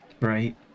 right